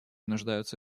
нуждаются